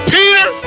Peter